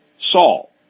Saul